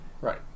Right